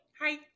hi